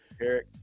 Eric